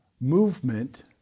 movement